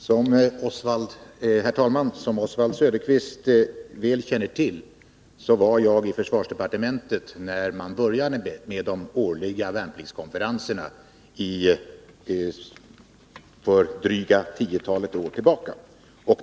Herr talman! Som Oswald Söderqvist väl känner till var jag vid Torsdagen den försvarsdepartementet när man började med de årliga värnpliktskonferen = 7 april 1983 serna för drygt tio år sedan.